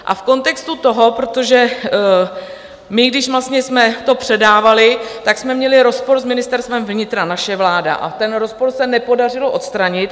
A v kontextu toho, protože když jsme to předávali, tak jsme měli rozpor s Ministerstvem vnitra naše vláda a ten rozpor se nepodařilo odstranit.